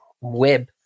web